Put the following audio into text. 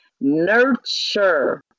nurture